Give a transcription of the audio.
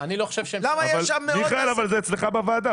אבל זה אצלך בוועדה,